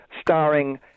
starring